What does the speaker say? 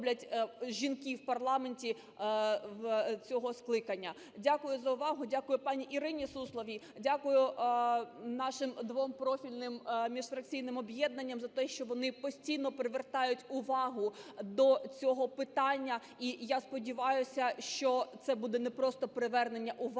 Дякую за увагу. Дякую пані Ірині Сусловій. Дякую нашим двом профільним міжфракційним об'єднанням за те, що вони постійно привертають увагу до цього питання. І я сподіваюся, що це буде не просто привернення уваги,